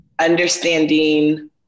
understanding